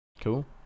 cool